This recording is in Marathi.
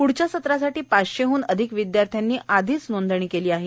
पुढच्या सत्रासाठी पाचशेहन अधिक विदयार्थ्यांनी आधीच नोंदणी केली आहे